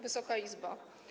Wysoka Izbo!